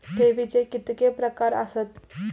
ठेवीचे कितके प्रकार आसत?